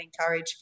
encourage